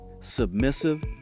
submissive